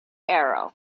arrow